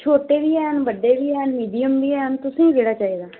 छोट्टे वी हैन बड्डे वी हैन मीडियम वी हैन तुसें केह्ड़ा चाहिदा